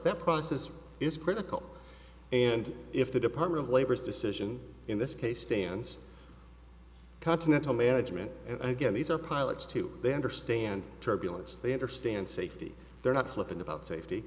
that process is critical and if the department of labor's decision in this case stands continental management and again these are pilots too they understand turbulence they understand safety they're not flippant about safety